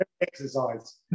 exercise